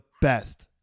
best